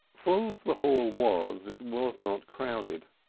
full as the hall was, it was not crowded,